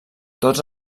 tots